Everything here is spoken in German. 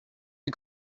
die